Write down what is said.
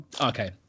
Okay